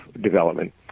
development